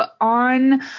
on